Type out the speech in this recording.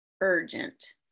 urgent